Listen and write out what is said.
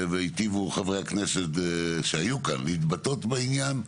והטיבו חברי הכנסת שהיו כאן להתבטא בעניין.